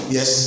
Yes